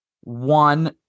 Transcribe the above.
one-